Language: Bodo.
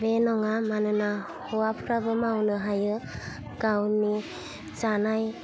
बे नङा मानोना हौवाफ्राबो मावनो हायो गावनि जानाय